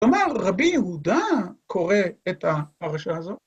כלומר, רבי יהודה קורא את הפרשה הזאת.